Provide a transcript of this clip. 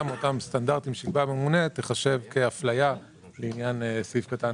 מאותם סטנדרטים שיקבע הממונה תיחשב כהפליה לעניין סעיף קטן